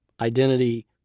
identity